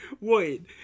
Wait